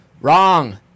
Wrong